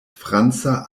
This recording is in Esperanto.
franca